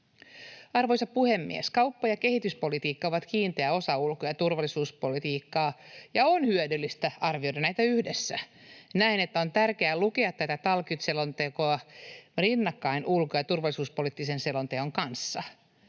Arvoisa puhemies! Kauppa- ja kehityspolitiikka ovat kiinteä osa ulko- ja turvallisuuspolitiikkaa, ja on hyödyllistä arvioida näitä yhdessä. Näen, että on tärkeää lukea tätä talkyt-selontekoa rinnakkain ulko- ja turvallisuuspoliittisen selonteon kanssa.